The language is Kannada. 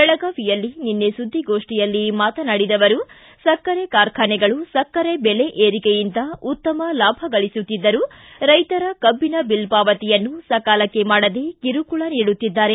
ಬೆಳಗಾವಿಯಲ್ಲಿ ನಿನ್ನೆ ಸುದ್ದಿಗೋಷ್ಠಿಯಲ್ಲಿ ಮಾತನಾಡಿದ ಅವರು ಸಕ್ಕರೆ ಕಾರ್ಖಾನೆಗಳು ಸಕ್ಕರೆ ಬೆಲೆ ಏರಿಕೆಯಿಂದ ಉತ್ತಮ ಲಾಭ ಗಳಿಸುತ್ತಿದ್ದರೂ ರೈತರ ಕಬ್ಬಿನ ಬಿಲ್ ಪಾವತಿಯನ್ನು ಸಕಾಲಕ್ಕೆ ಮಾಡದೆ ಕಿರುಕುಳ ನೀಡುತ್ತಿದ್ದಾರೆ